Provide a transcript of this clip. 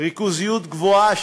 ריכוזיות גבוהה,